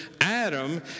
Adam